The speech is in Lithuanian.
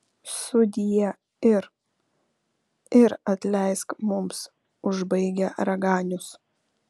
sudie ir ir atleisk mums užbaigė raganius